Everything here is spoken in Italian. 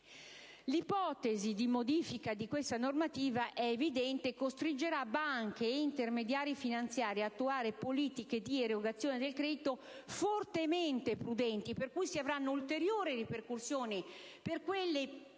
l'ipotesi di modifica di questa normativa costringerà banche ed intermediari finanziari ad attuare politiche di erogazione del credito fortemente prudenti. Pertanto, si avranno ulteriori ripercussioni per le